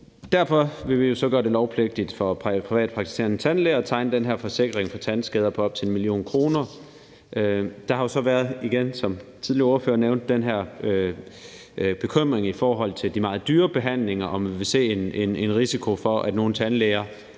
derfor vil vi gøre det lovpligtigt for privatpraktiserende tandlæger at tegne den her forsikring på tandskader på op til 1 mio. kr. Der har så igen været, som den tidligere ordfører nævnte, den her bekymring i forhold til de meget dyre behandlinger, altså om man vil se en risiko for, at nogle tandlæger